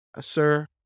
sir